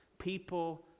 People